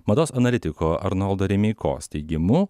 mados analitiko arnoldo remeikos teigimu